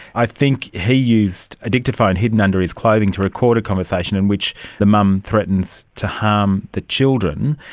i think he used a dictaphone hidden under his clothing to record a conversation in which the mum threatens to harm the children.